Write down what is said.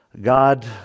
God